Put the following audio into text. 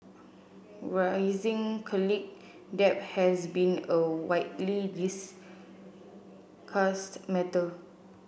rising college debt has been a widely discussed matter